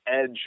edge